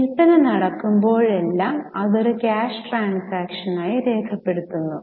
വിൽപ്പന നടക്കുമ്പോഴെല്ലാം അത് ഒരു ക്യാഷ് ട്രാൻസാക്ഷൻ ആയി രേഖപ്പെടുത്തുന്നു